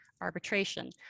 arbitration